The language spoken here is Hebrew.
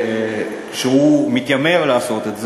הוא מתיימר לעשות את זה,